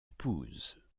épouse